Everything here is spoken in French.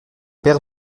paires